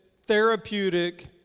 therapeutic